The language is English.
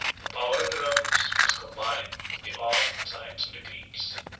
the power of the romans was combined with the art and science of the greeks.